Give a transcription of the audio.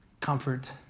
Comfort